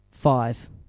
Five